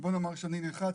בואו נאמר שאני נלחץ,